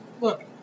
look